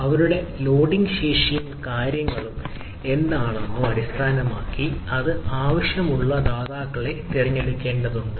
അവരുടെ ലോഡിംഗ് ശേഷിയും കാര്യങ്ങളും എന്താണെന്നും അടിസ്ഥാനമാക്കി അത് ആവശ്യമുള്ള ദാതാക്കളെ തിരഞ്ഞെടുക്കേണ്ടതുണ്ട്